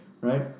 right